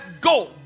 go